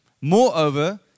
Moreover